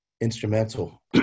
instrumental